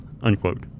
unquote